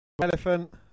elephant